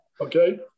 okay